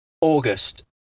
August